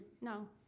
No